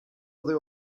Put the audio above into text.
aday